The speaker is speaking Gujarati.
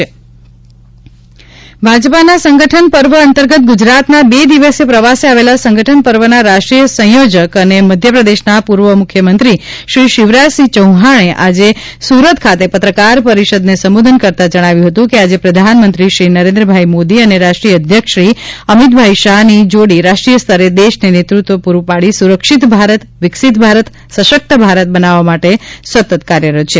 શિવરાજસિંહ ચૌહાણ ભાજપાના સંગઠન પર્વ અંતર્ગત ગુજરાતના બે દિવસીય પ્રવાસે આવેલા સંગઠન પર્વના રાષ્ટ્રીય સંયોજક અને મધ્ય પ્રદેશના પૂર્વ મુખ્યમંત્રીશ્રી શિવરાજસિંહ ચૌહાણે આજે સુરત ખાતે પત્રકાર પરિષદને સંબોધન કરતાં જજ્ઞાવ્યુ હતુ કે આજે પ્રધાનમંત્રીશ્રી નરેન્દ્રભાઇ મોદી અને રાષ્ટ્રીય અધ્યક્ષશ્રી અમિતભાઇ શાહની જોડી રાષ્ટ્રીય સ્તરે દેશને નેતૃત્વ પુરુ પાડી સુરક્ષિત ભારત વિકસિત ભારત સશક્ત ભારત બનાવવા માટે સતત કાર્યરત છે